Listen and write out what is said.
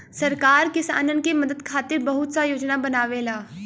सरकार किसानन के मदद खातिर बहुत सा योजना बनावेला